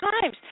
times